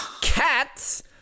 Cats